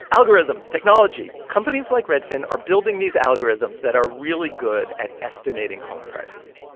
algorithms, technology. companies like redfin are building these algorithms that are really good at estimating home prices.